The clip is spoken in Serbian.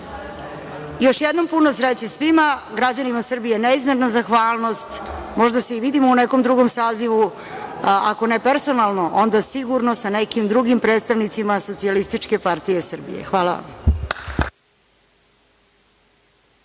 jednom, puno sreće svima. Građanima Srbije neizmerna zahvalnost. Možda se i vidimo u nekom drugom sazivu, ako ne personalno, onda sigurno sa nekim drugim predstavnicima SPS.Hvala vam.